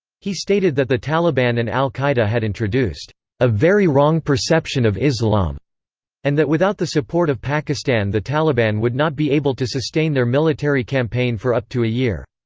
he stated that the taliban and al qaeda had introduced a very wrong perception of islam and that without the support of pakistan the taliban would not be able to sustain their military campaign for up to a year.